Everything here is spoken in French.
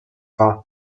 vint